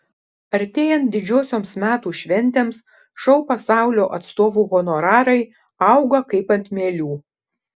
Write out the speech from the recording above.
artėjant didžiosioms metų šventėms šou pasaulio atstovų honorarai auga kaip ant mielių